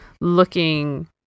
looking